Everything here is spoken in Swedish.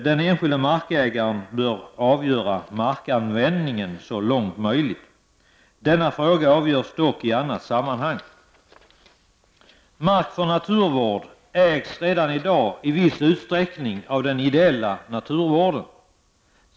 Den enskilde markägaren bör avgöra markanvändningen så långt som det är möjligt. Denna fråga avgörs dock i annat sammanhang. Mark för naturvård ägs redan i dag i viss utsträckning av den ideella naturvården.